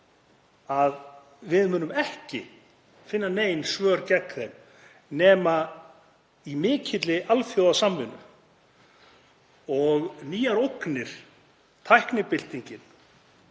að við munum ekki finna nein svör við þeim nema í mikilli alþjóðasamvinnu. Nýjar ógnir, tæknibyltingin